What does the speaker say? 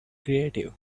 creative